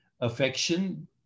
Affection